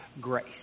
grace